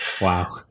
Wow